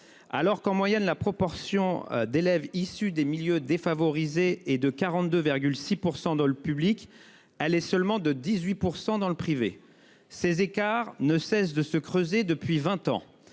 Alors qu'en moyenne la proportion d'élèves issus des milieux défavorisés et de 42,6% dans le public allait seulement de 18% dans le privé. Ces écarts ne cesse de se creuser depuis 20 ans.